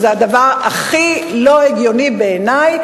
שזה הדבר הכי לא הגיוני בעיני,